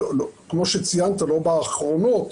כמו שציינת, לא באחרונות